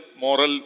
moral